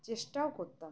চেষ্টাও করতাম